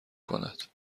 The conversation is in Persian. کند